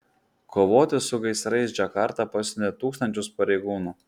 kovoti su gaisrais džakarta pasiuntė tūkstančius pareigūnų